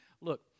look